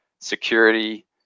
security